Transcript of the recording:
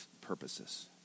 purposes